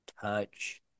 touch